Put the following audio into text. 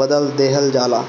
बदल देहल जाला